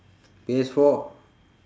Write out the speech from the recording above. P_S four